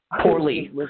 poorly